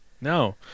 no